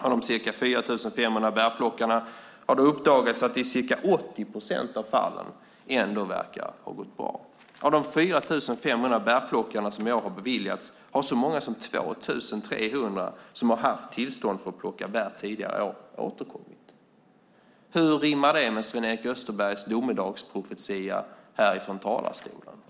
Av de ca 4 500 bärplockarna har det uppdagats att det i ca 80 procent av fallen ändå verkar ha gått bra. Av de 4 500 bärplockarna som i år har beviljats arbetstillstånd är det så många som 2 300 som har haft tillstånd att plocka bär tidigare år som har återkommit. Hur rimmar det med Sven-Erik Österbergs domedagsprofetia från talarstolen?